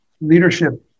leadership